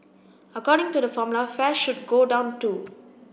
according to the formula fares should go down too